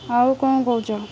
ଆଉ କ'ଣ କହୁଛ